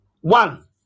One